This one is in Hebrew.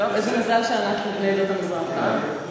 איזה מזל שאנחנו בני עדות המזרח, אה?